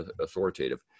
authoritative